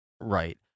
right